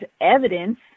evidence